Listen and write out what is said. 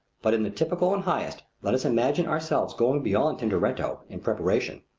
but in the typical and highest let us imagine ourselves going beyond tintoretto in preparation.